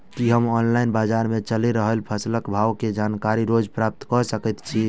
की हम ऑनलाइन, बजार मे चलि रहल फसलक भाव केँ जानकारी रोज प्राप्त कऽ सकैत छी?